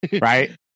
Right